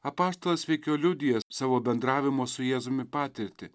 apaštalas veikiau liudija savo bendravimo su jėzumi patirtį